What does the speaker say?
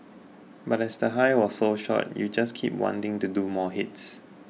but as the high was so short you just keep wanting to do more hits